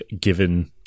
given